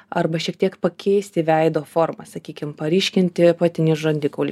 arba šiek tiek pakeisti veido formą sakykim paryškinti apatinį žandikaulį